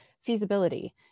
feasibility